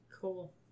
Cool